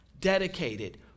Dedicated